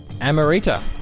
Amarita